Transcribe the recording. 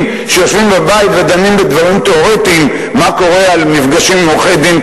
שיושבים בבית ודנים בדברים תיאורטיים על מפגשי עורכי-דין,